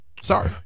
Sorry